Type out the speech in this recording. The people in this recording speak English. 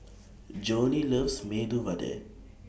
Joni loves Medu Vada